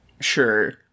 Sure